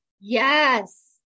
Yes